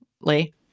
Lee